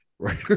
Right